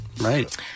Right